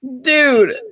Dude